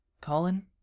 Colin